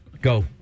Go